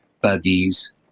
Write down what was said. buggies